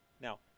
now